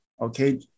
Okay